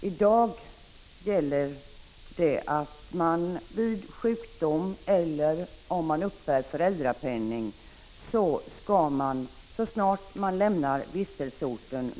I dag gäller att man om man är sjuk eller om man uppbär föräldrapenning skall meddela försäkringskassan så snart man lämnar vistelseorten.